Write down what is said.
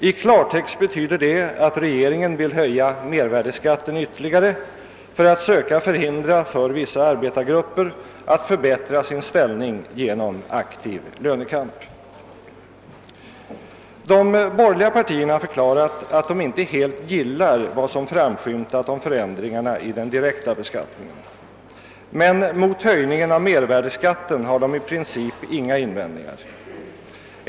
I klartext betyder det att regeringen vill höja mervärdeskatten ytterligare för att söka förhindra för vissa arbetargrupper att förbättra sin ställning genom aktiv lönekamp. De borgerliga partierna har förklarat att de inte helt gillar vad som framskymtat om förändringarna i den direkta beskattningen. Men mot höjningen av mervärdeskatten har de i princip inga invändningar att göra.